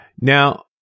Now